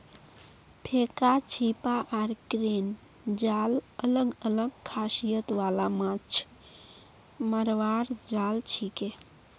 फेका छीपा आर क्रेन जाल अलग अलग खासियत वाला माछ मरवार जाल छिके